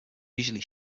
usually